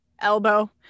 elbow